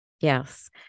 Yes